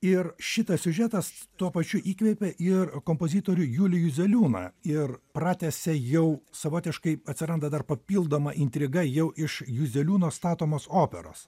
ir šitas siužetas tuo pačiu įkvėpė ir kompozitorių julių juzeliūną ir pratęsia jau savotiškai atsiranda dar papildoma intriga jau iš juzeliūno statomos operos